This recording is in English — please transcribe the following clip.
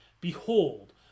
behold